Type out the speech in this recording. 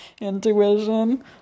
intuition